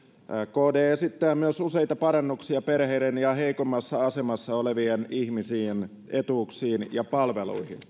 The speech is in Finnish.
kd esittää myös useita parannuksia perheiden ja heikommassa asemassa olevien ihmisten etuuksiin ja palveluihin